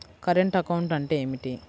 Current account అంటే ఏమిటి?